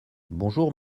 bonjour